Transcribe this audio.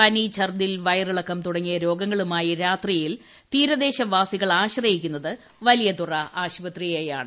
പനി ഛർദ്ദിൽ വയറിളക്കം തുടങ്ങിയ രോഗങ്ങളുമായി രാത്രിയിൽ തീരദേശവാസികൾ ആശ്രയിക്കുന്നത് വലിയ തുറ ആശുപത്രിയിലാണ്